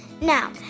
now